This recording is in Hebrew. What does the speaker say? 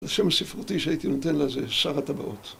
השם הספרותי שהייתי נותן לה זה שר הטבעות